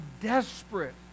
desperate